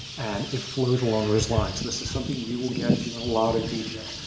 and it flows along those lines. this is something we will get to in a lot of detail.